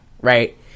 right